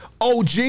OG